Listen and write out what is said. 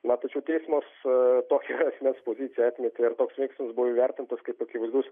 na tačiau teismas tokią asmens poziciją atmetė ir toks veiksmas buvo įvertintas kaip akivaizdus